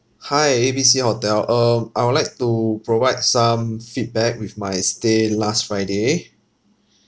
hi A B C hotel um I would like to provide some feedback with my stay last friday